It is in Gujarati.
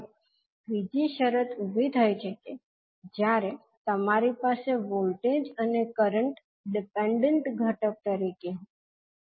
હવે ત્રીજી શરત ઉભી થઈ શકે છે જ્યારે તમારી પાસે વોલ્ટેજ અને કરંટ ડિપેંડેંટ ઘટક તરીકે હોય